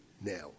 now